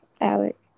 Alex